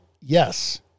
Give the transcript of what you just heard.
Yes